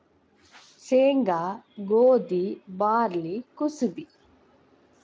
ಸೇಂಗಾ, ಗೋದಿ, ಬಾರ್ಲಿ ಕುಸಿಬಿ